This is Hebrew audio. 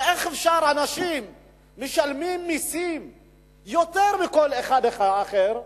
איך אפשר שאנשים משלמים מסים יותר מכל אחד אחר,